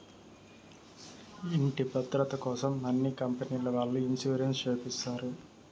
ఇంటి భద్రతకోసం అన్ని కంపెనీల వాళ్ళు ఇన్సూరెన్స్ చేపిస్తారు